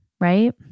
right